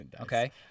Okay